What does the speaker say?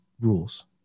rules